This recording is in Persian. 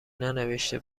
ننوشته